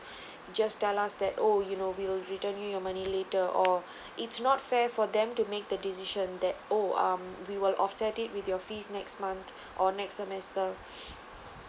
just tell us that oh you know we'll return you your money later or it's not fair for them to make the decision that oh um we will offset it with your fees next month or next semester